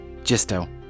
Gisto